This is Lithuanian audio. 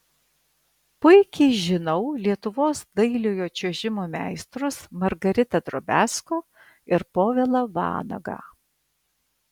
puikiai žinau lietuvos dailiojo čiuožimo meistrus margaritą drobiazko ir povilą vanagą